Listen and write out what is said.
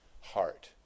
heart